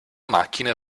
macchine